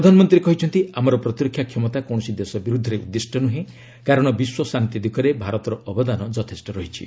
ପ୍ରଧାନମନ୍ତ୍ରୀ କହିଛନ୍ତି ଆମର ପ୍ରତିରକ୍ଷା କ୍ଷମତା କୌଣସି ଦେଶ ବିରୁଦ୍ଧରେ ଉଦ୍ଦିଷ୍ଟ ନୁହେଁ କାରଣ ବିଶ୍ୱ ଶାନ୍ତି ଦିଗରେ ଭାରତର ଅବଦାନ ଯଥେଷ୍ଟ ରହିଛି